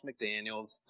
McDaniels